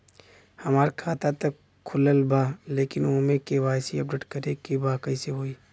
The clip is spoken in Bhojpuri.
हमार खाता ता खुलल बा लेकिन ओमे के.वाइ.सी अपडेट करे के बा कइसे होई?